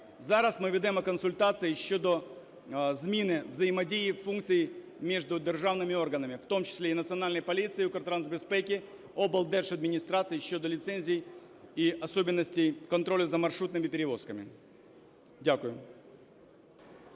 Зараз ми ведемо консультації щодо зміни взаємодії, функцій між державними органами, в тому числі і Національної поліції, Укртрансбезпеки, облдержадміністрацій щодо ліцензій і особенностей контролю за маршрутними перевозками. Дякую.